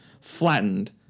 flattened